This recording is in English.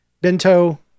bento